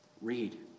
Read